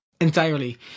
entirely